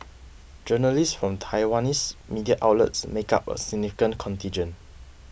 journalists from Taiwanese media outlets make up a significant contingent